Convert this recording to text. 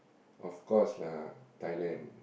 of course lah Thailand